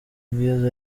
bwiza